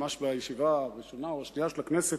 ממש בישיבה הראשונה או השנייה של הכנסת,